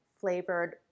flavored